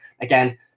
again